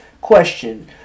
Question